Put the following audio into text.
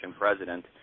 president